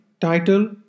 title